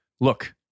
Look